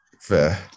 Fair